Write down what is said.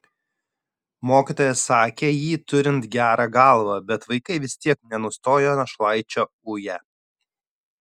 mokytojas sakė jį turint gerą galvą bet vaikai vis tiek nenustojo našlaičio uję